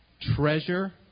treasure